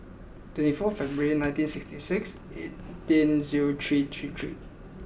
twenty four February nineteen sixty six eighteen zero three thirty three